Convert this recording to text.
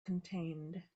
contained